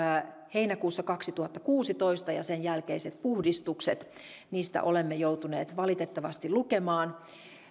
heinäkuussa kaksituhattakuusitoista ja sen jälkeisistä puhdistuksista olemme joutuneet valitettavasti lukemaan